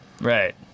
Right